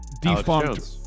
defunct